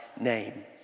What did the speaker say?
name